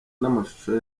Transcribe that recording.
namashusho